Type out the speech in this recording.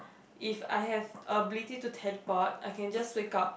if I have ability to teleport I can just wake up